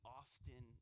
often